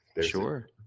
Sure